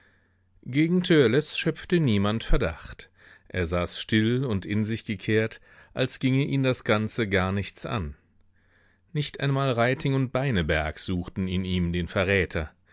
gegen törleß schöpfte niemand verdacht er saß still und in sich gekehrt als ginge ihn das ganze gar nichts an nicht einmal reiting und beineberg suchten in ihm den verräter